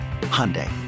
Hyundai